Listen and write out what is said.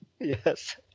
Yes